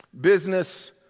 business